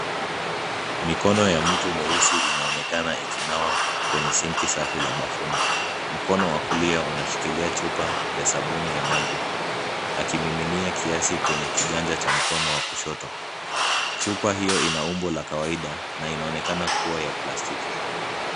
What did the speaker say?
Mikono ya mtu mweusi inaonekana ikinawa kwenye sinki safi la bafuni. Mkono wa kulia unashikilia chupa ya sabuni ya maji akimiminia kiasi kwenye kiganja cha mkono wa kushoto. Chupa hio ina umbo la kawaida na inaonekana kuwa ya plastiki.